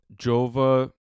Jova